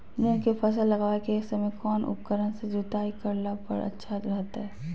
मूंग के फसल लगावे के समय कौन उपकरण से जुताई करला पर अच्छा रहतय?